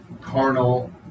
carnal